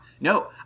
no